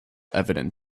evident